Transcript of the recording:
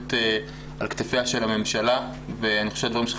מוטלת על כתפיה של הממשלה ואני חושב שהדברים שלך